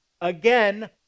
Again